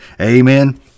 amen